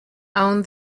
own